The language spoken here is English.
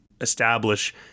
establish